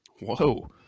Whoa